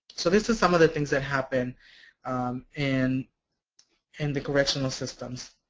so this is some of the things that happen in and the correctional systems.